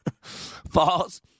False